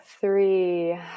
three